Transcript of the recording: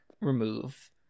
remove